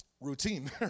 Routine